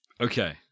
Okay